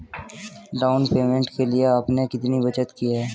Down payment के लिए आपने कितनी बचत की है?